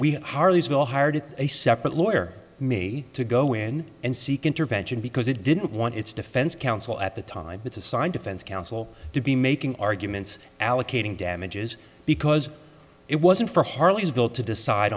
we harleysville hired a separate lawyer me to go in and seek intervention because it didn't want its defense counsel at the time it's assigned defense counsel to be making arguments allocating damages because it wasn't for harleysville to decide